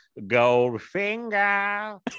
Goldfinger